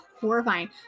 horrifying